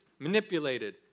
manipulated